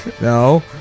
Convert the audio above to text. No